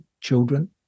children